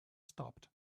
stopped